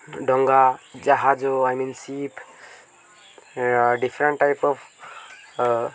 ଡଙ୍ଗା ଜାହାଜ I mean ship different type of